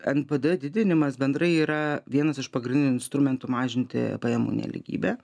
npd didinimas bendrai yra vienas iš pagrindinių instrumentų mažinti pajamų nelygybę